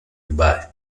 dubai